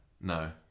no